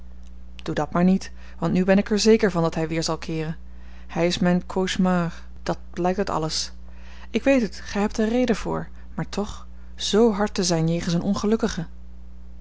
doe dat maar niet want nu ben ik er zeker van dat hij weer zal keeren hij is mijn cauchemar dat blijkt uit alles ik weet het gij hebt er reden voor maar toch zoo hard te zijn jegens een ongelukkige